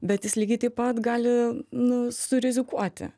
bet jis lygiai taip pat gali nu surizikuoti